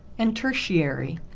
and tertiary.